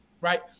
Right